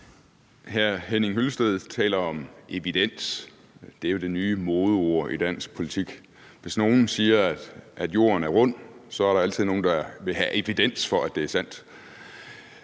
Henning Hyllested taler om evidens. Det er jo det nye modeord i dansk politik. Hvis nogen siger, at jorden er rund, er der altid nogle, der vil have evidens for, at det er sandt.